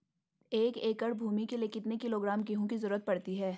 एक एकड़ भूमि के लिए कितने किलोग्राम गेहूँ की जरूरत पड़ती है?